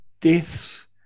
deaths